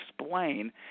explain